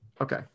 Okay